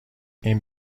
این